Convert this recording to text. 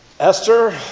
Esther